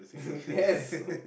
yes